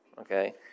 Okay